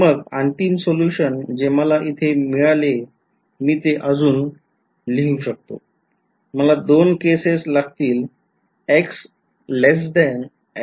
तर मग अंतिम सोल्यूशन जे मला इथे मिळाले मी ते अजून लिहू शकतो मला दोन केसेस लागतील आणि